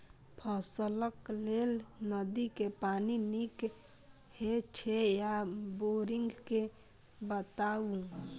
फसलक लेल नदी के पानी नीक हे छै या बोरिंग के बताऊ?